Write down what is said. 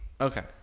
Okay